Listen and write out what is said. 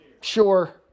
sure